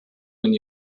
when